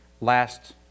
last